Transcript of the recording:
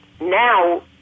Now